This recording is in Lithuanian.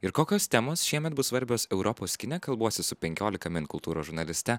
ir kokios temos šiemet bus svarbios europos kine kalbuosi su penkiolika min kultūros žurnaliste